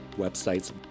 websites